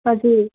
हजुर